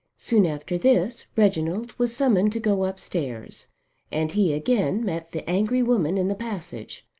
soon after this reginald was summoned to go upstairs and he again met the angry woman in the passage,